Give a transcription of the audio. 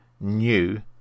new